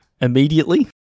immediately